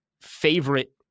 favorite